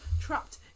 trapped